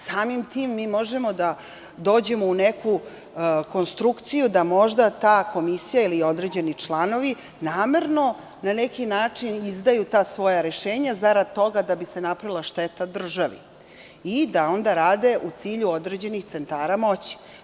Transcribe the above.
Samim tim mi možemo da dođemo u neku konstrukciju, da možda ta komisija ili određeni članovi namerno, na neki način, izdaju ta svoja rešenja, zarad toga da bi se napravila šteta državi i da onda rade u cilju određenih centara moći.